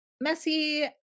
messy